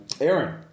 Aaron